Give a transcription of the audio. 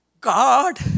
God